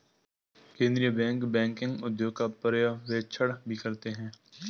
केन्द्रीय bank banking उद्योग का पर्यवेक्षण भी करते हैं